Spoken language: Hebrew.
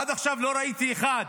עד עכשיו לא ראיתי אחד